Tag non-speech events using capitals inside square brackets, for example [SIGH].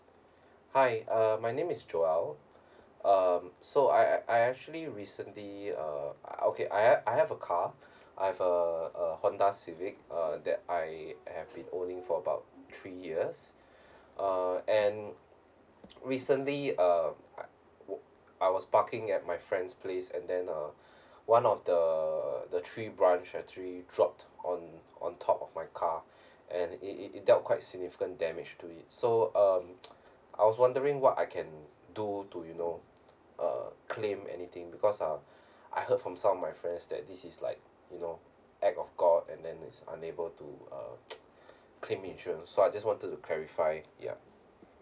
hi uh my name is joel um so I I I actually recently uh okay I have I have a car I've a a honda civic uh that I have been owning for about three years uh and recently uh I was I was parking at my friend's place and then uh one of the the tree branch actually drop on on top of my car and it it it dealt quite significant damage to it so um I was wondering what I can do to you know uh claim anything because uh I heard from some of my friends that this is like you know act of god and then is unable to uh [NOISE] claim insurance so I just wanted to clarify ya